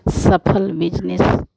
सफल बिजनेस